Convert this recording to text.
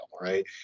right